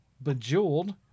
Bejeweled